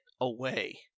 away